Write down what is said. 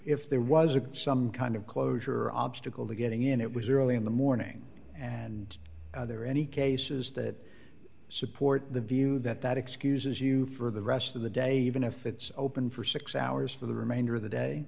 there was some kind of closure obstacle to getting in it was early in the morning and there are any cases that support the view that that excuses you for the rest of the day even if it's open for six hours for the remainder of the day